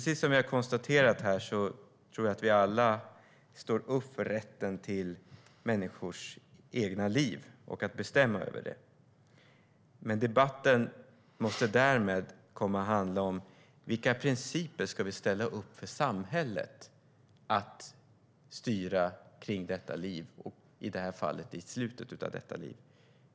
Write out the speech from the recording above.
Jag tror att vi alla här står upp för rätten till människors egna liv och rätten att bestämma över dem. Men debatten måste därmed komma att handla om vilka principer vi ska ställa upp för samhället när det gäller att styra kring detta liv och i det här fallet i slutet av detta liv.